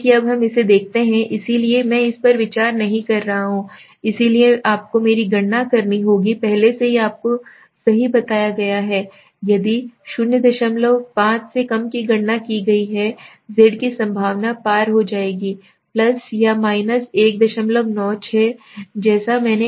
अब हम इसे देखते हैं इसलिए मैं इस पर विचार नहीं कर रहा हूं इसलिए आपको मेरी गणना करनी होगी पहले से ही आपको सही बताया गया है यदि 05 से कम की गणना की गई z की संभावना पार हो जाएगी या 196 जैसा मैंने कहा